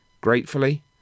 gratefully